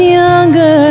younger